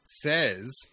says